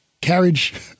carriage